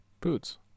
boots